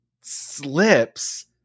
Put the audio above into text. slips